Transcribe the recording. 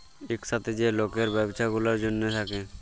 ইকসাথে যে লকের ব্যবছা গুলার জ্যনহে থ্যাকে